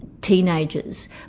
teenagers